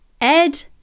ed